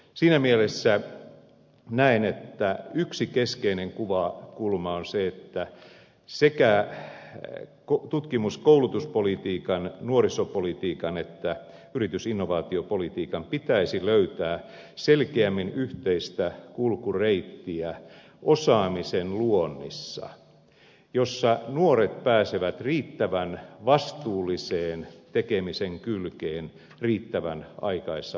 siinä mielessä näen että yksi keskeinen kuvakulma on se että sekä koulutus ja tutkimuspolitiikan nuorisopolitiikan että yritysinnovaatiopolitiikan pitäisi löytää selkeämmin yhteistä kulkureittiä osaamisen luonnissa jotta nuoret pääsevät riittävän vastuullisen tekemisen kylkeen riittävän aikaisessa vaiheessa